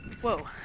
Whoa